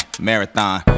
marathon